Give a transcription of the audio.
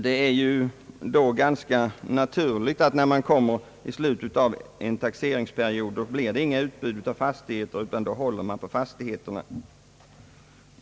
Det är då ganska naturligt att det inte blir några utbud på fastigheter när man kommer i slutet av en taxeringsperiod.